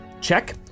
check